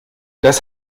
das